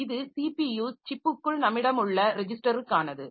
இது ஸிபியு சிப்புக்குள் நம்மிடம் உள்ள ரெஜிஸ்டர்களுக்கானது